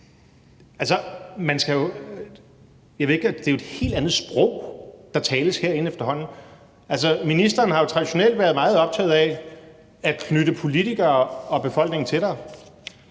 det er jo et helt andet sprog, der tales herinde efterhånden. Ministeren har traditionelt været meget optaget af at knytte politikere og befolkning tættere.